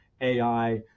AI